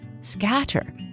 Scatter